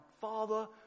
father